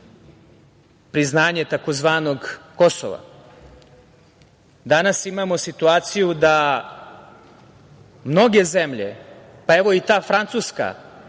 priznanje tzv. Kosova. Danas imamo situaciju da mnoge zemlje, pa evo i ta Francuska